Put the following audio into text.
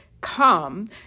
come